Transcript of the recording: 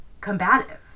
combative